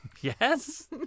Yes